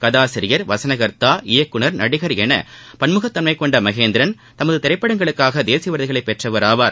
கதாசிரியர் வசனகர்த்தா இயக்குநர் நடிகர் என பன்முகத்தன்மை கொண்ட மகேந்திரன் தமது திரைப்படங்களுக்காக தேசிய விருதுகளை பெற்றவர் ஆவார்